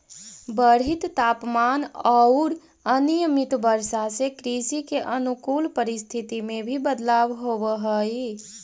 बढ़ित तापमान औउर अनियमित वर्षा से कृषि के अनुकूल परिस्थिति में भी बदलाव होवऽ हई